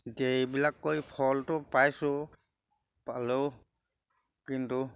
এতিয়া এইবিলাক কৰি ফলটো পাইছোঁ পালেও কিন্তু